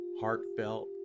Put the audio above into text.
heartfelt